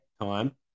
time